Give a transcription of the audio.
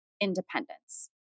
independence